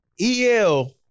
EL